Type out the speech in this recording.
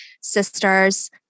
sisters